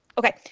Okay